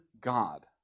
God